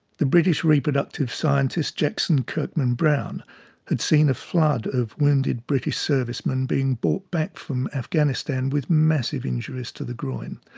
the british reproductive scientist jackson kirkman-brown had seen a flood of wounded british servicemen being brought back from afghanistan afghanistan with massive injuries to the groin.